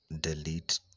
Delete